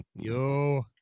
yo